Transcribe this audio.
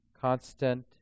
constant